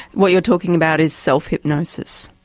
what you're talking about is self hypnosis?